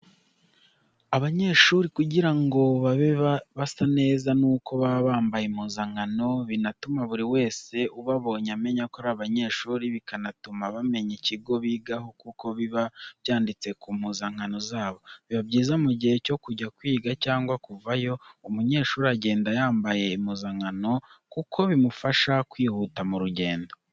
Abanyeshuri kugira ngo babe basa neza nuko baba bambaye impuzakano, binatuma buri wese ubabonye amenya ko ari abanyeshuri, bikanatuma bamenya ikigo bigaho kuko biba byanditse ku mpuzakano zabo, biba byiza mu gihe cyo kujya kwiga cyagwa kuvayo. Umunyeshuri agenda yambaye impuzakano kuko bimufasha kwihuta mu rugendo.